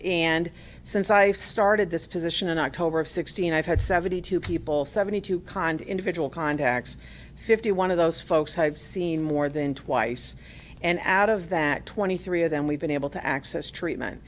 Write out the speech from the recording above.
and since i started this position in october of sixteen i've had seventy two people seventy two kind individual contacts fifty one of those folks i've seen more than twice and out of that twenty three of them we've been able to access treatment